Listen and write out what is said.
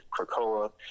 Krakoa